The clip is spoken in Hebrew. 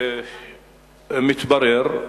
שהתברר,